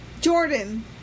Jordan